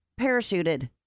Parachuted